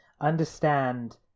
understand